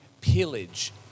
pillage